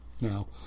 now